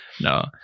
No